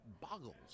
boggles